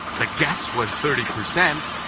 the guess was thirty percent,